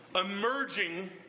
emerging